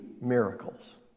miracles